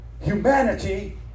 Humanity